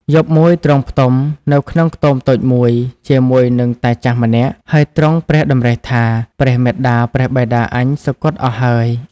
យប់មួយទ្រង់ផ្ទំនៅក្នុងខ្ទមតូចមួយ ជាមួយនឹងតាចាស់ម្នាក់ ហើយទ្រង់ព្រះតម្រិះថា ព្រះមាតាព្រះបិតាអញសុគតអស់ហើយ។